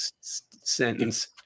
sentence